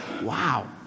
Wow